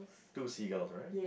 two seagulls right